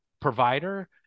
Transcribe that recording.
provider